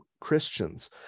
Christians